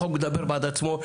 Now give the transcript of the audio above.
החוק מדבר בעד עצמו.